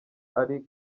ari